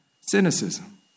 Cynicism